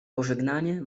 pożegnanie